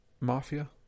mafia